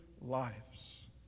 lives